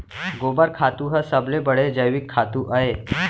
गोबर खातू ह सबले बड़े जैविक खातू अय